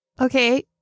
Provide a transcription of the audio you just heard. Okay